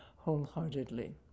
Wholeheartedly